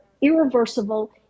irreversible